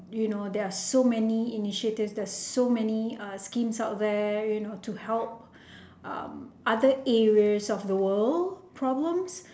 you know there are so many initiatives there are so many schemes out there you know to help other areas of the world problems